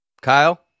Kyle